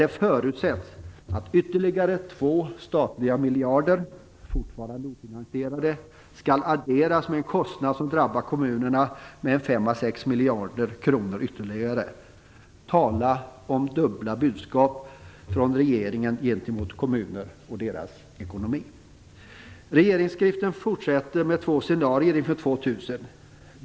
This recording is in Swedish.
Det förutsätts då att ytterligare 2 statliga miljarder - fortfarande ofinansierade - skall adderas med en kostnad som drabbar kommunerna med ytterligare 5-6 miljarder kronor. Tala om dubbla budskap från regeringen till kommunerna om deras ekonomi! Regeringsskriften fortsätter med två scenarier inför år 2000.